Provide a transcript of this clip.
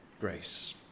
grace